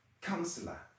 counselor